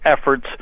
efforts